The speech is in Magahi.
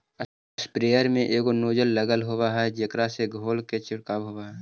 स्प्रेयर में एगो नोजल लगल होवऽ हई जेकरा से धोल के छिडकाव होवऽ हई